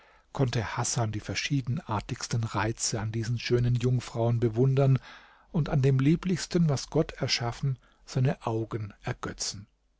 konnte hasan die verschiedenartigsten reize an diesen schönen jungfrauen bewundern und an dem lieblichsten was gott erschaffen seine augen ergötzen